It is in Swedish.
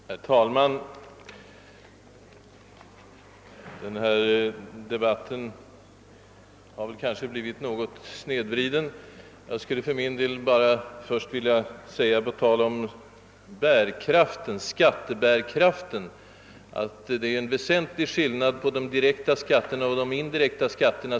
Herr talman! Denna debatt har kanske blivit något snedvriden. För att anknyta något till vad som nyss sagts beträffande skattebärkraften är det ju en väsentlig skillnad mellan de direkta och de indirekta skatterna.